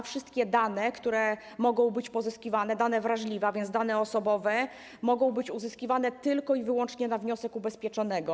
Wszystkie dane, które mogą być pozyskiwane, dane wrażliwe, a więc dane osobowe, mogą być uzyskiwane tylko i wyłącznie na wniosek ubezpieczonego.